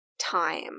time